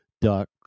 duck